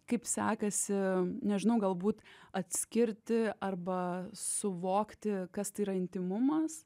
kaip sekasi nežinau galbūt atskirti arba suvokti kas tai yra intymumas